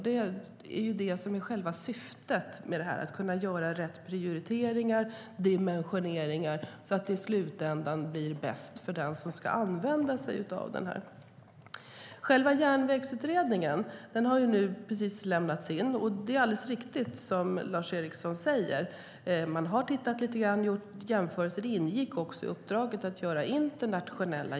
Det är det som är själva syftet med det här, att kunna göra rätt prioriteringar och dimensioneringar för att det i slutändan ska bli bäst för den som ska använda sig av den. Järnvägsutredningen har precis blivit klar. Det är alldeles riktigt, som Lars Eriksson säger, att man har gjort internationella jämförelser. Det ingick också i uppdraget.